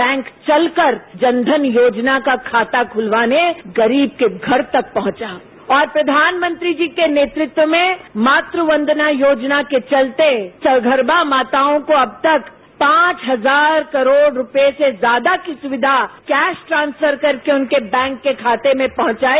bank चलकर जनधन योजना का खाता खुलवाने गरीब के घर तक पहुंचा और प्रधानमंत्री जी के नेतृत्व में मातृवंदना योजना के चलते सगर्भा माताओं को अब तक पांच हजार करोड़ रूपये से ज्यादा की सुविधा कैश ट्रांसफर करके उनके बैंक के खाते में पहंचाई